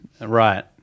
right